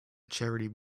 charity